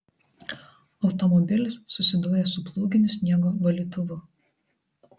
automobilis susidūrė su plūginiu sniego valytuvu